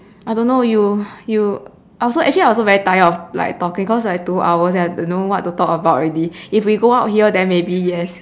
I don't know you you I also actually I also very tired of like talking cause like two hours then I also don't know what to talk about already if we go out here than maybe yes